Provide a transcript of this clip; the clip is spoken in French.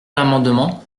l’amendement